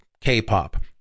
K-pop